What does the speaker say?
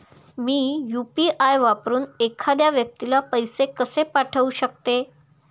मी UPI वापरून एखाद्या व्यक्तीला पैसे कसे पाठवू शकते?